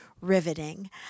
riveting